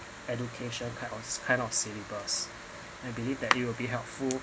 education kind of kind of syllabus I believe that it will be helpful